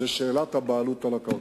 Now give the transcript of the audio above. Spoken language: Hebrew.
זו שאלת הבעלות על הקרקעות.